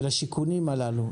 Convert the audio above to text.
של השיכונים הללו.